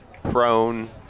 prone